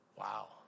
wow